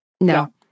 No